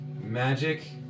Magic